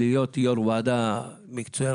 להיות יו"ר ועדה מקצועי,